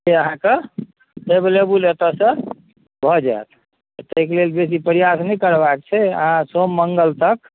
से अहाँके अवैलबुल एतयसँ भऽ जायत ताहिके लेल बेसी प्रयास नहि करबाक छै अहाँ सोम मङ्गल तक